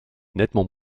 nettement